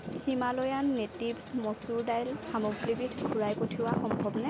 Himalayan নেটিভ্ছ মচুৰ দাইল সামগ্ৰীবিধ ঘূৰাই পঠিওৱা সম্ভৱনে